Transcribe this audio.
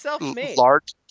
large